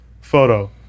photo